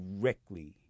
directly